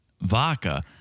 vodka